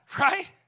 right